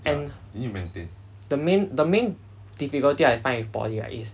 and the main the main difficulty I find with poly right is